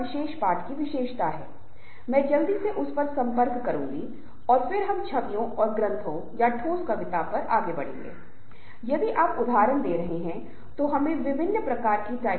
विद्वान परंपरागत रूप से इस बात से सहमत हैं कि एक साधारण सभा या लोगों का संग्रह वास्तव में एक समूह नहीं है जब तक कि उनका कोई सामान्य उद्देश्य न हो